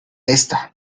esta